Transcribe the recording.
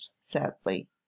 sadly